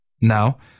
Now